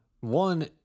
One